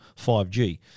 5G